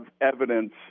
evidence